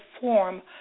form